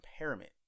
impairment